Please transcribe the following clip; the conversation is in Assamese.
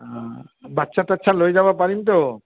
অ বাচ্ছা টাচ্ছা লৈ যাব পাৰিমতো